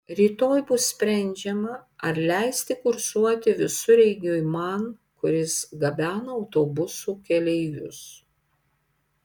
rytoj bus sprendžiama ar leisti kursuoti visureigiui man kuris gabena autobusų keleivius